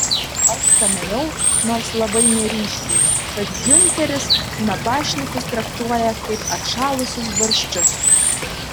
aš pamaniau nors labai neryškiai kad giunteris nabašnikus traktuoja kaip atšalusius barščius